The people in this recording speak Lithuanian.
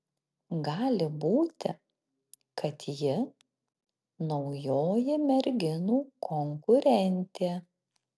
gali būti kad ji naujoji merginų konkurentė